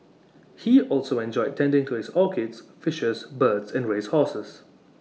he also enjoyed tending to his orchids fishes birds and race horses